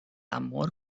amor